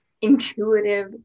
intuitive